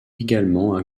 également